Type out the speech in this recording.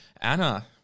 Anna